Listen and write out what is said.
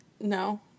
No